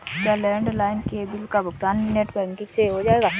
क्या लैंडलाइन के बिल का भुगतान नेट बैंकिंग से हो जाएगा?